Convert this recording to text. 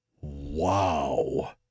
wow